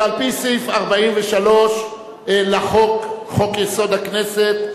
שעל-פי סעיף 43 לחוק-יסוד: הכנסת,